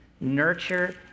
nurture